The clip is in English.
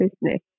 business